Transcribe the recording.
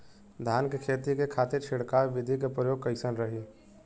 धान के खेती के खातीर छिड़काव विधी के प्रयोग कइसन रही?